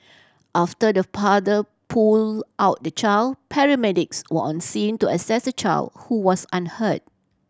after the father pull out the child paramedics were on scene to assess the child who was unhurt